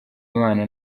imana